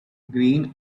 green